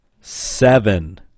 seven